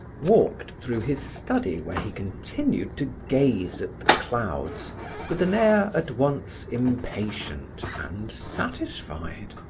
walked through his study where he continued to gaze at the clouds with an air at once impatient and satisfied.